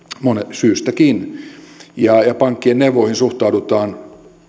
syystäkin ja ja pankkien neuvoihin suhtaudutaan